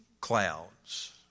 clouds